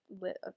lit